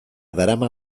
darama